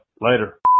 Later